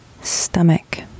stomach